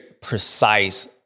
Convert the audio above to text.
precise